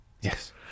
Yes